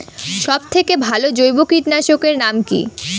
সব থেকে ভালো জৈব কীটনাশক এর নাম কি?